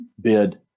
bid